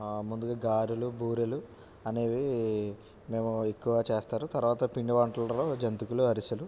ముందుగా గారెలు బూరెలు అనేవి మేము ఎక్కువ చేస్తాము తరువాత పిండి వంటలలో జంతికలు అరిసెలు